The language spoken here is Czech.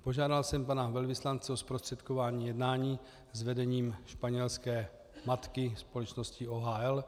Požádal jsem pana velvyslance o zprostředkování jednání s vedením španělské matky, společnosti OHL.